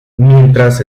mientras